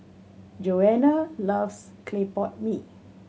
Joana loves clay pot mee